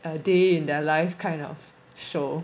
a day in their life kind of show